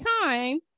time